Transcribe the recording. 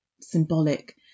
symbolic